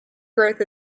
growth